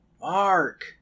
Mark